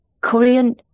Korean